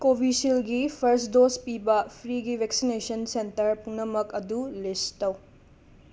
ꯀꯣꯕꯤꯁꯤꯜꯒꯤ first dose ꯄꯤꯕ ꯐ꯭ꯔꯤꯒꯤ ꯕꯦꯛꯁꯤꯅꯦꯁꯟ ꯁꯦꯟꯇꯔ ꯄꯨꯝꯅꯃꯛ ꯑꯗꯨ ꯂꯤꯁ ꯇꯧ